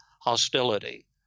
hostility